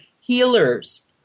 healers